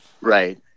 Right